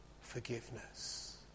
forgiveness